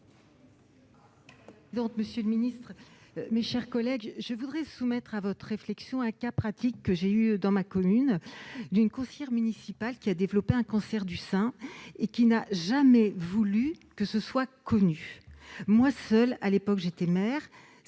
Monsieur le Ministre, mes chers collègues, je voudrais soumettre à votre réflexion, un cas pratique que j'ai eu dans ma commune, d'une confirme municipal qui a développé un cancer du sein et qui n'a jamais voulu que ce soit connu, moi seul à l'époque j'étais maire